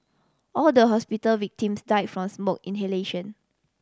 all the hospital victims died from smoke inhalation